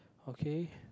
okay